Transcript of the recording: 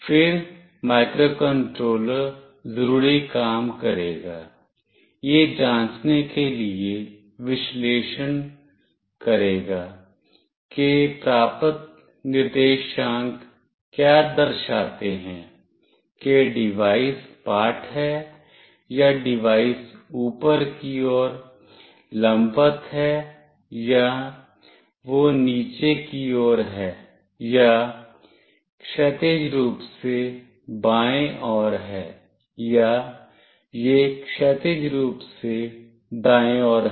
फिर माइक्रोकंट्रोलर ज़रूरी काम करेगा यह जांचने के लिए विश्लेषण करेगा कि प्राप्त निर्देशांक क्या दर्शाते हैं कि डिवाइस सपाट है या डिवाइस ऊपर की ओर लंबवत है या वह नीचे की ओर है या क्षैतिज रूप से बाएं ओर है या यह क्षैतिज रूप से दाएं ओर है